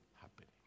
happening